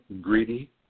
greedy